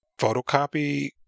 photocopy